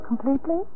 Completely